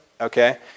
Okay